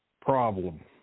problem